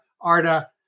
ARDA